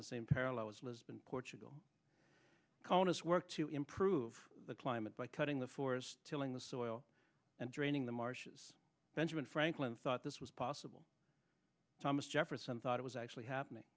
lisbon portugal conus work to improve the climate by cutting the forest tilling the soil and draining the marshes benjamin franklin thought this was possible thomas jefferson thought it was actually happening